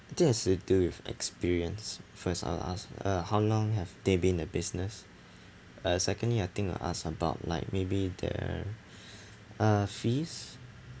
I think it has to do with experience first I'll ask uh how long have they been in a business uh secondly I think I'll ask about like maybe the uh fees